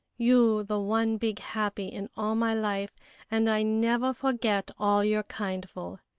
you the one big happy in all my life and i never forget all your kindful.